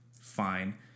fine